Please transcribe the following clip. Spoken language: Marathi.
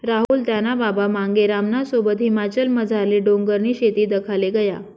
राहुल त्याना बाबा मांगेरामना सोबत हिमाचलमझारली डोंगरनी शेती दखाले गया